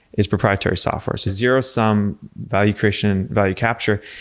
is proprietary software. zero-sum value creation, value capture,